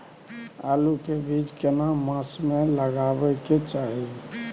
आलू के बीज केना मास में लगाबै के चाही?